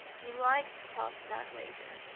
he likes to talk to that waiter.